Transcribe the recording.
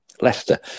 Leicester